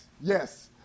yes